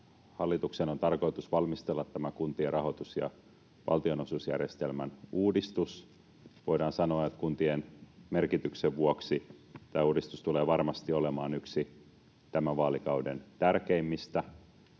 hallituksen on tarkoitus valmistella tämä kuntien rahoitus- ja valtionosuusjärjestelmän uudistus. Voidaan sanoa, että kuntien merkityksen vuoksi tämä uudistus tulee varmasti olemaan yksi tämän vaalikauden tärkeimmistä.